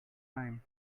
time